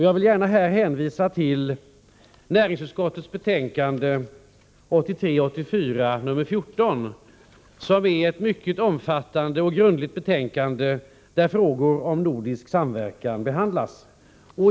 Jag vill gärna här hänvisa till näringsutskottets betänkande 1983/84:14, som är ett mycket omfattande och grundligt betänkande där frågor om nordisk samverkan behandlas.